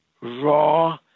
raw